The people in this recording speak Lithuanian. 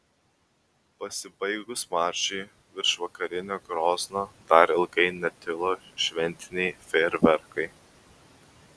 pasibaigus mačui virš vakarinio grozno dar ilgai netilo šventiniai fejerverkai